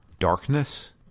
Darkness